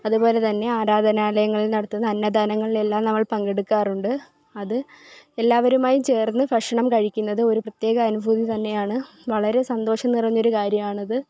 അതുപോലെ തന്നെ ആരാധനാലയങ്ങൾ നടത്തുന്ന അന്നദാനങ്ങൾ എല്ലാം നമ്മൾ പങ്കെടുക്കാറുണ്ട് അത് എല്ലാവരുമായി ചേർന്ന് ഭക്ഷണം കഴിക്കുന്നത് ഒരു പ്രത്യേക അനുഭൂതി തന്നെയാണ് വളരെ സന്തോഷം നിറഞ്ഞ ഒരു കാര്യമാണത്